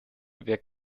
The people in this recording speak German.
wer